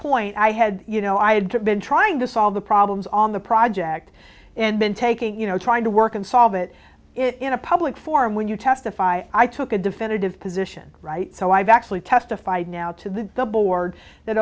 point i had you know i had to been trying to solve the problems on the project and then taking you know trying to work and solve it in a public forum when you testify i took a definitive position right so i've actually testified now to the the board that